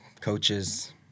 coaches